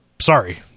sorry